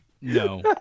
No